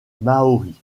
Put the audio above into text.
maoris